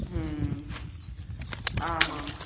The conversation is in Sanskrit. आमाम्